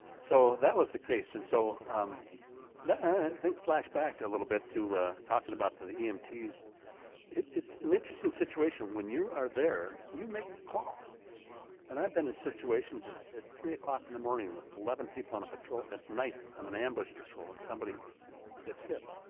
so that was the case and so i think flashback a little bit to talking about the the emts. it's an interesting situation when you are there, you make the call and i've been in situations at three o'clock in the morning with eleven people on a patrol at night on an ambush patrol, and somebody gets hit,